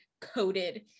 coated